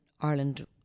Ireland